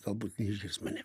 galbūt neišgirs mane